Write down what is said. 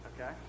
Okay